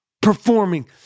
performing